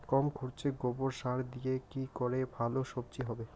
কম খরচে গোবর সার দিয়ে কি করে ভালো সবজি হবে?